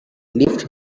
lift